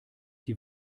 die